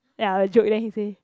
ya I will joke then he say